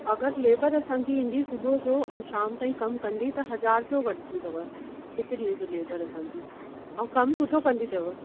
अगरि लेबर असांजी ईंदी सुबुह जो ऐं शाम ताईं कमु कंदी त हज़ार रुपए वठंदी अथव हिक ॾींहं जो लेबर असांजी ऐं कमु सुठो कंदी अथव